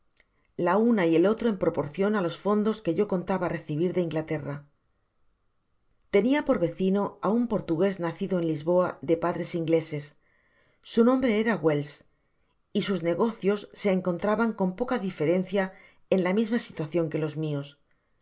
la una y el otro en proporcion á los fondos que yo contaba recibir de inglaterra tenia por vecino á un portugués nacido en lisboa de padres ingleses su nombre era wells y sus negocios se encontraban con poca diferencia en la misma situacion que los mios